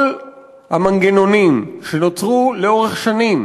כל המנגנונים שנוצרו לאורך שנים,